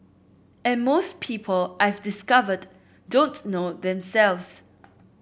and most people I've discovered don't know themselves